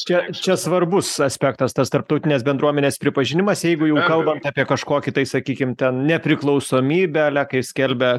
čia čia svarbus aspektas tas tarptautinės bendruomenės pripažinimas jeigu jau kalbant apie kažkokį tai sakykim ten nepriklausomybę ale kai skelbia